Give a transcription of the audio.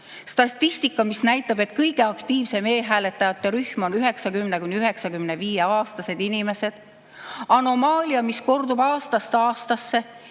Statistika, mis näitab, et kõige aktiivsem e‑hääletajate rühm on 90–95‑aastased inimesed. See on anomaalia, mis kordub aastast aastasse,